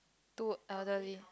two elderly